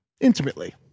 intimately